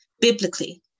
biblically